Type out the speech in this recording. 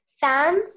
fans